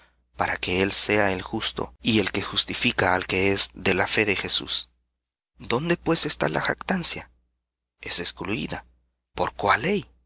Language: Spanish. para que él sea el justo y el que justifica al que es de la fe de jesús dónde pues está la jactancia es excluída por cuál